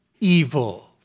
evil